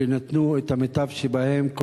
ונתנו את המיטב שבהם,